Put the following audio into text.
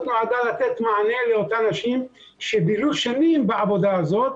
נועדה לתת מענה לאותם אנשים שבילו שנים בעבודה הזאת,